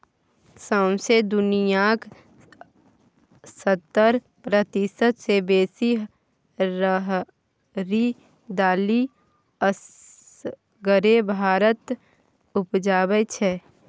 सौंसे दुनियाँक सत्तर प्रतिशत सँ बेसी राहरि दालि असगरे भारत उपजाबै छै